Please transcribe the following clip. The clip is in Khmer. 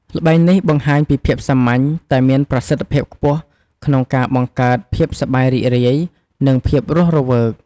ល្បែងនេះបង្ហាញពីភាពសាមញ្ញ តែមានប្រសិទ្ធភាពខ្ពស់ក្នុងការ បង្កើតភាពសប្បាយរីករាយ និងភាពរស់រវើក។